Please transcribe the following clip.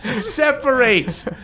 Separate